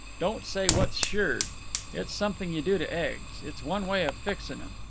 don't say what's shirred it's something you do to eggs. it's one way of fixing em.